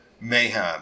mayhem